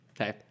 Okay